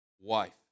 wife